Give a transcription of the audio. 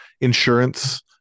insurance